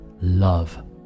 love